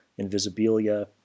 Invisibilia